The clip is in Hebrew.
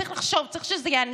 צריך לחשוב, צריך שזה יעניין.